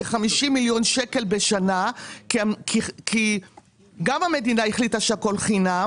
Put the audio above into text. כ-50 מיליון שקלים בשנה כי גם המדינה החליטה שהכול חינם